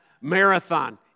marathon